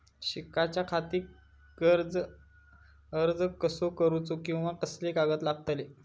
शिकाच्याखाती कर्ज अर्ज कसो करुचो कीवा कसले कागद लागतले?